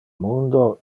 mundo